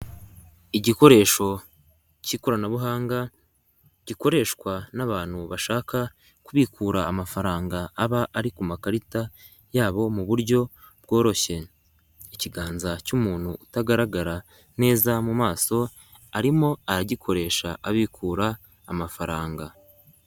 Igikoresho k'ikoranabuhanga, gikoreshwa n'abantu bashaka kubikura amafaranga aba ari ku makarita yabo mu buryo bworoshye. Ikiganza cy'umuntu utagaragara neza mu maso, arimo aragikoresha abikura amafaranga.